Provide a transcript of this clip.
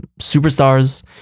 superstars